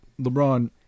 LeBron